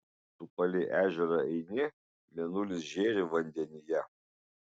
tu palei ežerą eini mėnulis žėri vandenyje